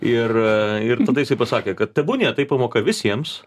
ir ir tada jisai pasakė kad tebūnie tai pamoka visiems